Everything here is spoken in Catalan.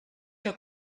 que